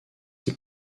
ces